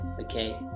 Okay